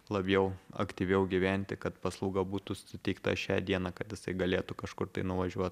labiau aktyviau gyventi kad paslauga būtų suteikta šią dieną kad jisai galėtų kažkur tai nuvažiuot